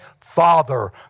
Father